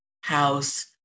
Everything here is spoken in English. house